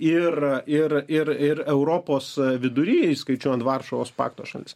ir ir ir ir europos vidury įskaičiuojant varšuvos pakto šalis